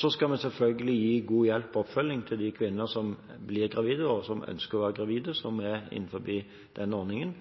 Så skal vi selvfølgelig gi god hjelp og oppfølging til de kvinner som blir gravide, og som ønsker å være gravide, som er innenfor den ordningen,